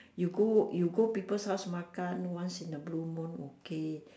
you go you go people's house makan once in a blue moon okay